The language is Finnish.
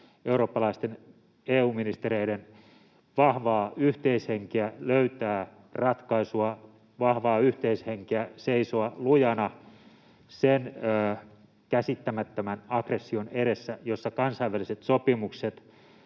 eurooppalaisten EU-ministereiden vahvaa yhteishenkeä löytää ratkaisua, vahvaa yhteishenkeä seisoa lujana sen käsittämättömän aggression edessä, jossa kansainväliset sopimukset,